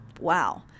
Wow